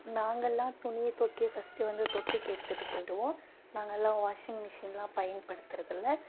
நாங்கள்லாம் துணியை தூக்கி ஃபஸ்ட்டு வந்து தொட்டிக்கு எடுத்துட்டு போயிடுவோம் நாங்கள்லாம் வாஷிங் மிஷின்லாம் பயன்படுத்துறதுல்லை